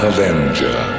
Avenger